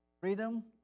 Freedom